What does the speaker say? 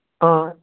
اۭں